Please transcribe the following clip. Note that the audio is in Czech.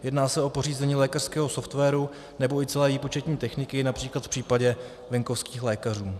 Jedná se o pořízení lékařského softwaru nebo i celé výpočetní techniky, například v případě venkovských lékařů.